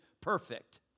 perfect